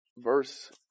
Verse